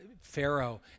pharaoh